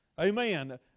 Amen